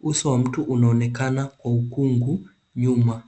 Uso wa mtu unaonekana kwa ukungu nyuma.